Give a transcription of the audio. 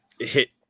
hit